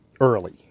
early